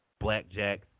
Blackjack